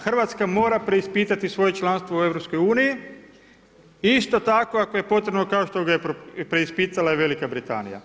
Hrvatska mora preispitati svoje članstvo u EU, isto tako ako je potrebno kao što ga preispitala i Velika Britanija.